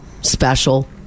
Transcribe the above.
special